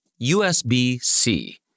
USB-C